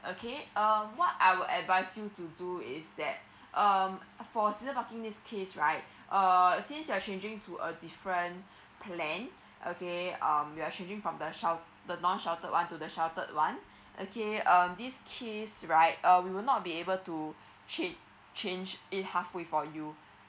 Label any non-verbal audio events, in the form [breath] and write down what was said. okay uh what I will advise you to do is that [breath] um for season parking this case right [breath] uh since you are changing to a different [breath] plan okay um you are changing from the shu~ non sheltered one to the sheltered one [breath] okay um this case right uh we will not be able to change change it halfway for you